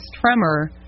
tremor